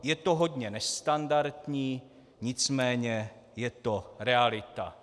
Je to hodně nestandardní, nicméně je to realita.